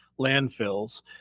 landfills